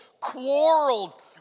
quarreled